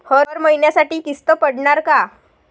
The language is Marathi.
हर महिन्यासाठी किस्त पडनार का?